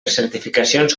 certificacions